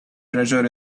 treasure